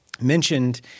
mentioned